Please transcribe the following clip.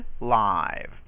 live